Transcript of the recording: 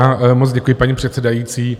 Já moc děkuji, paní předsedající.